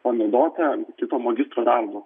panaudota kito magistro darbo